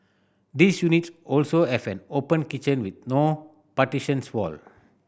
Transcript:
these units also have an open kitchen with no partitions wall